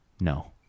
No